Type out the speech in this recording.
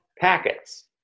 packets